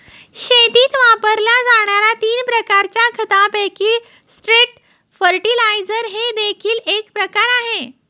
शेतीत वापरल्या जाणार्या तीन प्रकारच्या खतांपैकी स्ट्रेट फर्टिलाइजर हे देखील एक प्रकार आहे